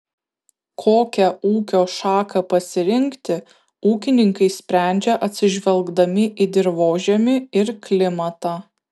kokią ūkio šaką pasirinkti ūkininkai sprendžia atsižvelgdami į dirvožemį ir klimatą